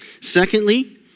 Secondly